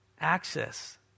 Access